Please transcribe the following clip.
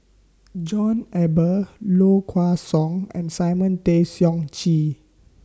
John Eber Low Kway Song and Simon Tay Seong Chee